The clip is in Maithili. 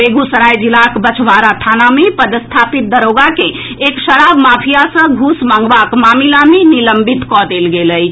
बेगूसराय जिलाक बछवाड़ा थाना में पदस्थापित दारोगा के एक शराब माफिया सँ घूस मंगबाक मामिला मे निलंबित कऽ देल गेल अछि